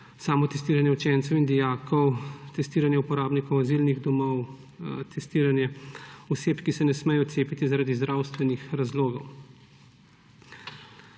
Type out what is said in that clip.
samotestiranuje učencev in dijakov, testiranje uporabnikov azilnih domov, testiranje oseb, ki se ne smejo cepiti zaradi zdravstvenih razlogov.